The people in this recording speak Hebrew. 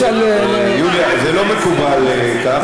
יוליה, זה לא מקובל ככה.